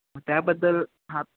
त्याबद्दल हा